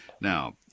now